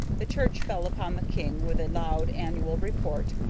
the church fell upon the king with a loud, annual report,